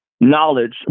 knowledge